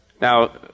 Now